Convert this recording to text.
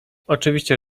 oczywiście